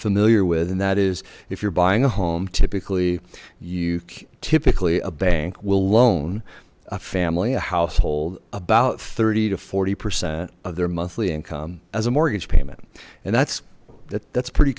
familiar with and that is if you're buying a home typically you typically a bank will loan a family a household about thirty to forty percent of their monthly income as a mortgage payment and that's that's pretty